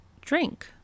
drink